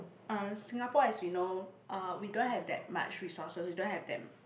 uh Singapore as we know uh we don't have that much resources we don't have that